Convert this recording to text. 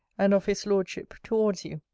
and of his lordship, towards you,